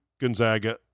Gonzaga